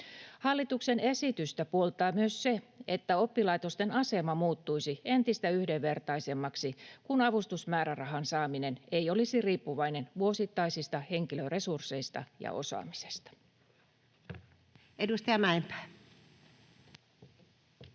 Hallituksen esitystä puoltaa myös se, että oppilaitosten asema muuttuisi entistä yhdenvertaisemmaksi, kun avustusmäärärahan saaminen ei olisi riippuvainen vuosittaisista henkilöresursseista ja osaamisesta. [Speech